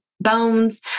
bones